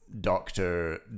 doctor